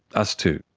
us too?